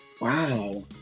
Wow